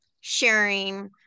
sharing